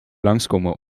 langskomen